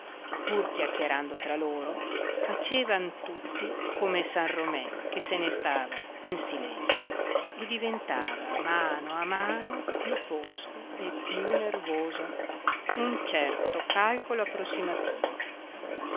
pur chiacchierando tra loro facevan tutti come san romé che se ne stava in silenzio e diventava a mano a mano più fosco e più nervoso un certo calcolo approssimativo